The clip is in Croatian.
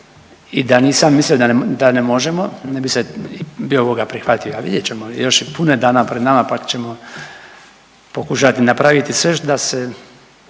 i da nisam mislio da ne možemo ne bi se bio ovoga prihvatio. A vidjet ćemo još je puno dana pred nama pa ćemo pokušati napraviti sve da se